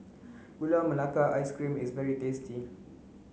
gula melaka ice cream is very tasty